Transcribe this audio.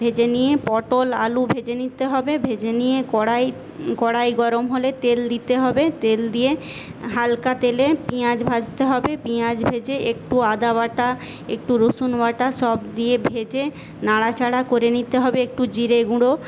ভেজে নিয়ে পটল আলু ভেজে নিতে হবে ভেজে নিয়ে কড়াই কড়াই গরম হলে তেল দিতে হবে তেল দিয়ে হালকা তেলে পেঁয়াজ ভাজতে হবে পেঁয়াজ ভেজে একটু আদাবাটা একটু রসুনবাটা সব দিয়ে ভেজে নাড়া চাড়া করে নিতে হবে একটু জিরে গুঁড়ো